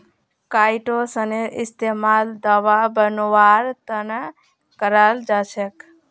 काईटोसनेर इस्तमाल दवा बनव्वार त न कराल जा छेक